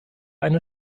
eine